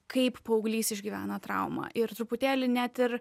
kaip paauglys išgyvena traumą ir truputėlį net ir